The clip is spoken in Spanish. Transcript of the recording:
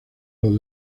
los